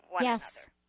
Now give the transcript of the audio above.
Yes